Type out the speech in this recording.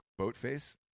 Boatface